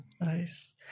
Nice